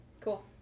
cool